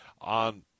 on